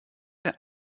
der